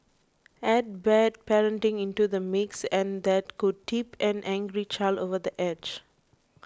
add bad parenting into the mix and that could tip an angry child over the edge